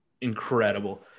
incredible